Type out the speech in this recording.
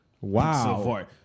Wow